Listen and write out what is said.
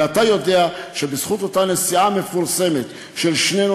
ואתה יודע שבזכות אותה נסיעה מפורסמת של שנינו,